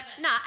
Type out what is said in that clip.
No